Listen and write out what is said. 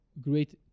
great